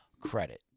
credit